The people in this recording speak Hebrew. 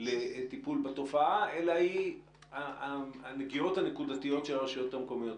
לטיפול בתופעה אלא היא הנגיעות הנקודתיות של הרשויות המקומיות.